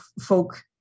folk